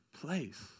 place